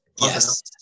Yes